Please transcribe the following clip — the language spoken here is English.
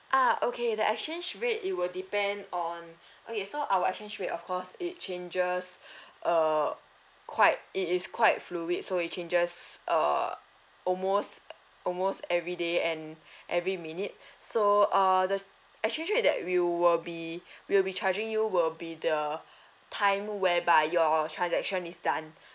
ah okay the exchange rate it will depend on okay so our exchange rate of course it changes uh quite it is quite fluid so it changes uh almost almost everyday and every minute so uh the exchange rate that we will be we will be charging you will be the time whereby your transaction is done